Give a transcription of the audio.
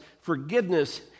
forgiveness